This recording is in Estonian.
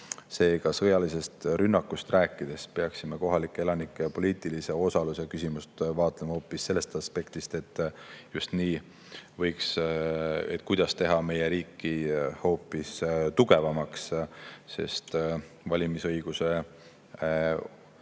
Seega, sõjalisest rünnakust rääkides peaksime kohalikke elanikke ja poliitilise osaluse küsimust vaatlema hoopis sellest aspektist, kuidas teha meie riiki tugevamaks, sest valimisõiguse